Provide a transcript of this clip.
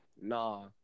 nah